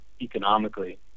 economically